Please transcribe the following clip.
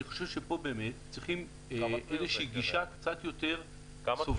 אני חושב שפה באמת צריכים איזושהי גישה קצת יותר סובלנית.